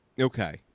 Okay